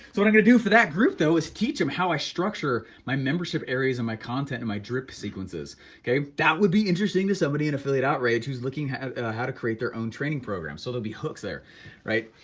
what i'm gonna do for that group though is teach them how i structure my membership areas of my content and my drip sequences okay? that would be interesting to somebody in affiliate outrage who's looking at ah how to create their own training programs. so there'll be hooks there right?